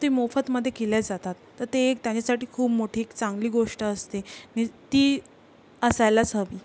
ते मोफतमध्ये केल्या जातात तर ते एक त्यांच्यासाठी खूप मोठी एक चांगली गोष्ट असते नि ती असायलाच हवी